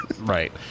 Right